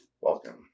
welcome